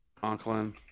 Conklin